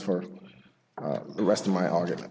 for the rest of my argument